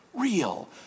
real